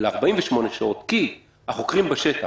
ל-48 שעות כי החוקרים בשטח,